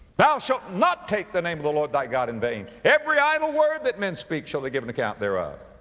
thou shalt not take the name of the lord thy god in vain. every idle word that men speak shall they give an account thereof.